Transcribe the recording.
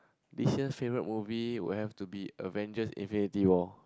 this year favourite movie would have to be Avengers Infinity War